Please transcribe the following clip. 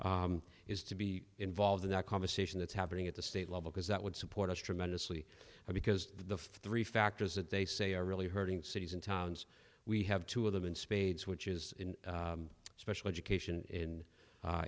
is to be involved in that conversation that's happening at the state level because that would support us tremendously because the three factors that they say are really hurting cities and towns we have two of them in spades which is special education in